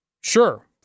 Sure